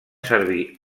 servir